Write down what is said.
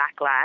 backlash